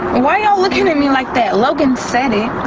why y'all looking at me like that? logan said it.